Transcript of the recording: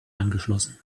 angeschlossen